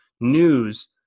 news